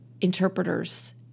interpreters